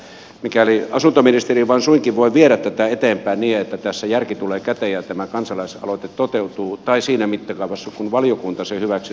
mikäli asuntoministeri vain suinkin voi viedä tätä eteenpäin niin että tässä järki tulee käteen ja tämä kansalaisaloite toteutuu tai siinä mittakaavassa kuin valiokunta sen hyväksi toteaa niin minä olen todella iloinen